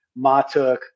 Matuk